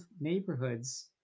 neighborhoods